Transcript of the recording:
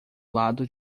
lado